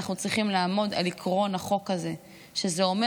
אנחנו צריכים לעמוד על עקרון החוק הזה,